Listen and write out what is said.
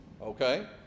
Okay